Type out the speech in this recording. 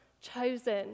chosen